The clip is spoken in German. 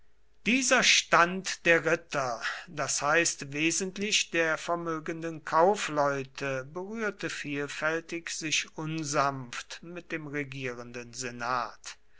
dieser stand der ritter das heißt wesentlich der vermögenden kaufleute berührte vielfältig sich unsanft mit dem regierenden senat